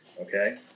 Okay